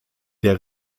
der